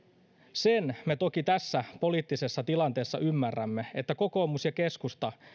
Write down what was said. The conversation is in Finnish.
sen me toki tässä poliittisessa tilanteessa ymmärrämme että kokoomus ja keskusta